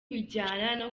bijyana